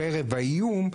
חרב האיום,